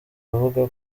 avuga